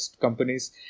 companies